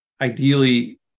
ideally